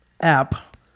app